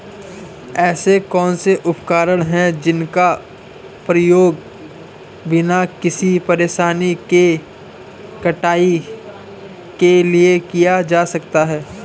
ऐसे कौनसे उपकरण हैं जिनका उपयोग बिना किसी परेशानी के कटाई के लिए किया जा सकता है?